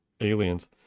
aliens